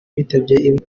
bitabye